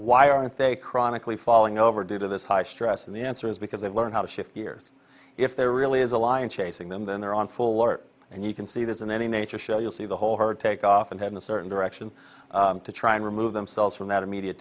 why aren't they chronically falling over due to this high stress and the answer is because they learn how to shift gears if there really is a lion chasing them then they're on full alert and you can see this in any nature show you'll see the whole herd take off and head in a certain direction to try and remove themselves from that immediate